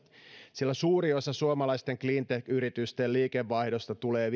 sillä suuri osa suomalaisten cleantech yritysten liikevaihdosta tulee